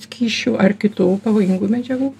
skysčių ar kitų pavojingų medžiagų